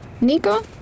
Nico